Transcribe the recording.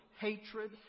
Hatred